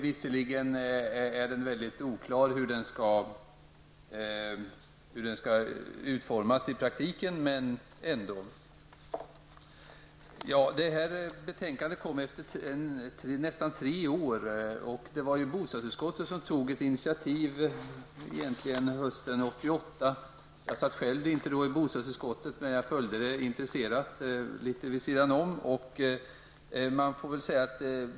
Visserligen är det väldigt oklart hur ventilationskontrollen skall utformas i praktiken. Efter nästan tre år kom det här betänkandet. Det var bostadsutskottet som hösten 1988 tog initiativet. Jag satt inte själv med i bostadsutskottet, men följde utskottets arbete med stort intresse vid sidan om.